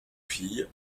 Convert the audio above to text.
filles